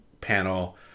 panel